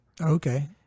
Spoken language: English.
Okay